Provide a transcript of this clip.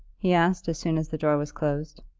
he asked, as soon as the door was closed.